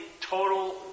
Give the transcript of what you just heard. total